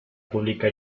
pública